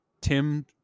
Tim